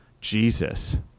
Jesus